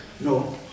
No